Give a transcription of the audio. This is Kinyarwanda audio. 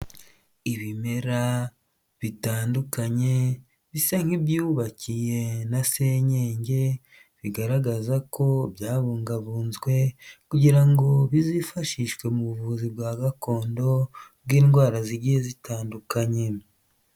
Ibimera bitandukanye, bisa nk'ibyubakiye na senyenge, bigaragaza ko byabungabunzwe, kugira ngo bizifashishwe mu buvuzi bwa gakondo, bw'indwara zigiye zitandukanye.